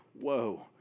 whoa